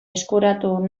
eskuratu